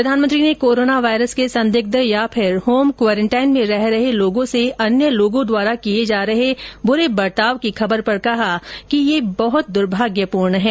प्रधानमंत्री ने corona virus के संदिग्ध या फिर होम क्वोरेंटाइन में रह रहे लोगों से अन्य लोगों द्वारा किये जा रहे बुरे बर्ताव की खबर पर कहा कि ये बहुत दुर्भाग्यपूर्ण है